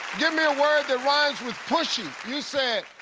give me a word that rhymes with pushy. you said.